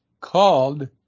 called